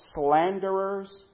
Slanderers